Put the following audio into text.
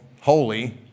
holy